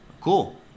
Cool